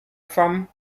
femme